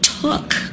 took